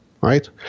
right